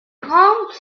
grandes